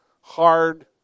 Hard